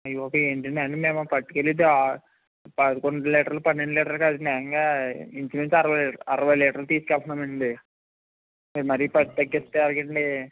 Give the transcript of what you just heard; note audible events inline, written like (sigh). అయిబాబోయి ఏంటండీ అంటే మేము పట్టుకెళ్ళేది పదకొండు లీటర్లు పన్నెండు లీటర్లు కాదండి ఏకంగా ఇంచుమించు అరవై అరవై లీటర్లు తీసుకెళ్తామండి మీరు మరీ (unintelligible) ఎక్కేస్తే ఎలాగండి